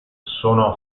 sono